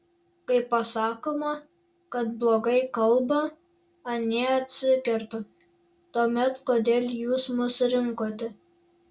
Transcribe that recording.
kai pasakoma kad blogai kalba anie atsikerta tuomet kodėl jūs mus rinkote